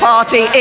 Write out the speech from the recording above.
Party